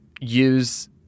use